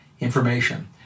information